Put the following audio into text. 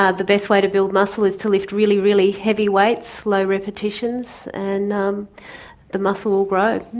ah the best way to build muscle is to lift really, really heavy weights, low repetitions, and um the muscle will grow.